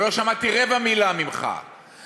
שלא שמעתי רבע מילה ממך,